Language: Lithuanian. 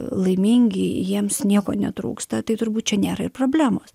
laimingi jiems nieko netrūksta tai turbūt čia nėra ir problemos